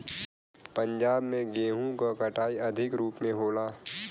पंजाब में गेंहू क कटाई अधिक रूप में होला